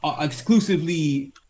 exclusively